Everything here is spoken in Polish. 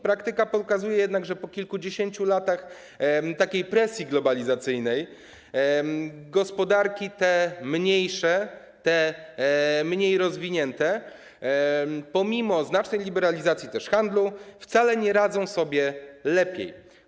Praktyka pokazuje jednak, że po kilkudziesięciu latach takiej presji globalizacyjnej gospodarki te mniejsze, te mniej rozwinięte, pomimo znacznej liberalizacji handlu wcale nie radzą sobie lepiej.